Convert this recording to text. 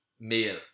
meal